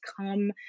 come